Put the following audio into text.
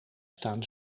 staan